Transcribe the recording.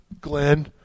Glenn